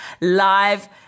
live